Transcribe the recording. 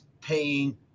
paying